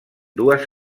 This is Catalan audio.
dues